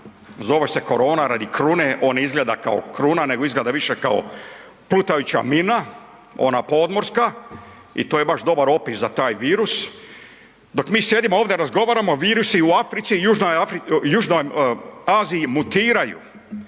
zove se korona radi krune, on ne izgleda kao krune nego izgleda više kao plutajuća mina, ona podmorska i to je baš dobar opis za taj virus. Dok sjedimo ovdje i razgovaramo, virusi u Africi i južnoj Aziji mutiraju.